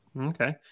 Okay